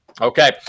Okay